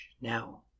now